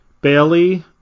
Bailey